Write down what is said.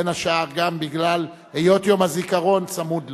בין השאר גם בגלל היות יום הזיכרון צמוד לו.